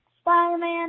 Spider-Man